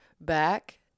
back